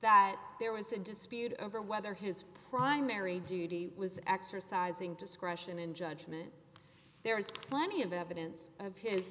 that there was a dispute over whether his primary duty was exercising discretion in judgment there is plenty of evidence of his